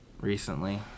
recently